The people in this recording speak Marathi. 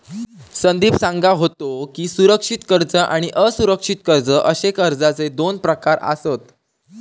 संदीप सांगा होतो की, सुरक्षित कर्ज आणि असुरक्षित कर्ज अशे कर्जाचे दोन प्रकार आसत